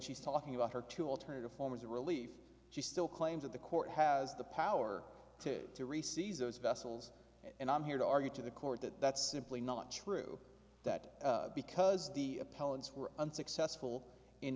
she's talking about her two alternative forms of relief she still claims that the court has the power to to reseize those vessels and i'm here to argue to the court that that's simply not true that because the appellant's were unsuccessful in